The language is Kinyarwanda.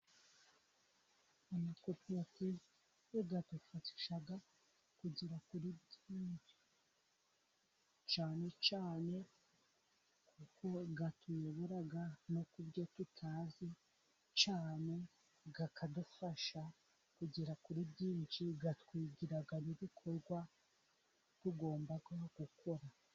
Amakoperati adufasha kugera kuri byinshi cane cane kuko atuyobora no ku byo tutazi cane, akadufasha kugera kuri byinshi, atwigira n'ibikorwa tugomba gukora.